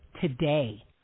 today